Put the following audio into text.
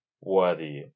worthy